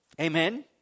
Amen